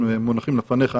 הם מונחים לפניך,